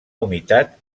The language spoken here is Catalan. humitat